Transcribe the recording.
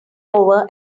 over